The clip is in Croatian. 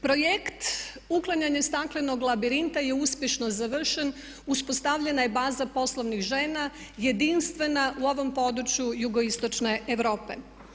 Projekt „Uklanjanje staklenog labirinta“ je uspješno završen, uspostavljena je baza poslovnih žena jedinstvena u ovom području jugoistočne Europe.